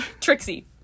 Trixie